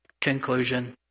Conclusion